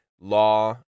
law